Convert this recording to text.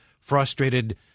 frustrated